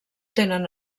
tenen